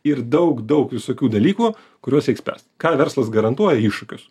ir daug daug visokių dalykų kuriuos reiks spręst ką verslas garantuoja iššūkius